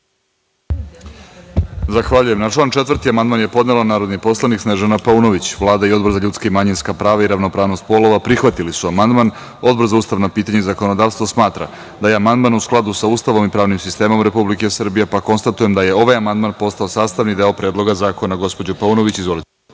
Zahvaljujem. Na član 4. amandman je podnela narodni poslanik Snežana Paunović. Vlada i Odbor za ljudska i manjinska prava i ravnopravnost polova prihvatili su amandman, a Odbor za ustavna pitanja i zakonodavstvo smatra da je amandman u skladu sa Ustavom i pravnim sistemom Republike Srbije, pa konstatujem da je ovaj amandman postao sastavni deo Predloga zakona. Gospođo Paunović, izvolite.